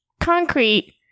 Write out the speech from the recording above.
concrete